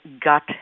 gut